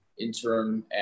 interim